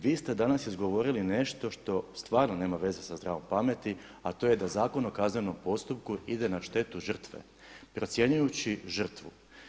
Vi ste danas izgovorili nešto što stvarno nema veze sa zdravom pameti a to je da Zakon o kaznenom postupku ide na štetu žrtve procjenjujući žrtvu.